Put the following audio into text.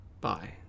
Bye